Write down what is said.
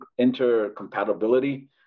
intercompatibility